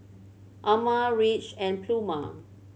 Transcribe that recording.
Ama Ridge and Pluma